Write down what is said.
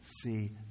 see